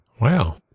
Wow